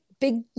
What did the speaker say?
Big